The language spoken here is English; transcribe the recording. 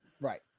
right